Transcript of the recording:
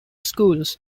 schools